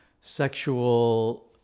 sexual